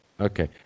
Okay